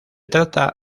trata